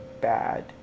bad